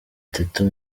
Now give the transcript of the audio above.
teta